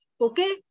okay